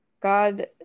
God